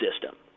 system